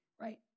right